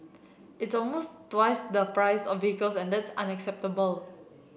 it's almost twice the price of vehicle and that's unacceptable